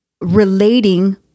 relating